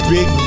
Big